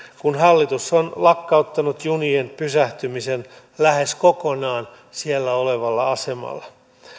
kun hallitus on lakkauttanut junien pysähtymisen lähes kokonaan siellä olevalla asemalla